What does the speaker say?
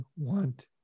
want